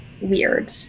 weird